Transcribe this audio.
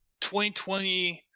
2020